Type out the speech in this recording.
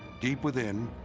deep within,